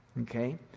okay